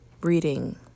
reading